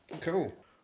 Cool